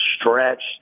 stretched